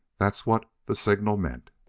that's what the signal meant.